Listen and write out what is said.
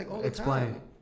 Explain